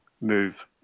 move